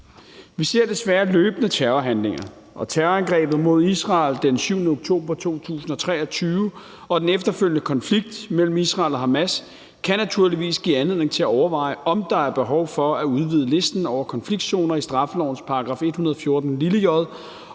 Vi ser desværre løbende terrorhandlinger, og terrorangrebet mod Israel den 7. oktober 2023 og den efterfølgende konflikt mellem Israel og Hamas kan naturligvis give anledning til at overveje, om der er behov for at udvide listen over konfliktzoner i straffelovens § 114 j